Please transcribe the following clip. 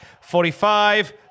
Forty-five